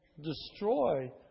destroy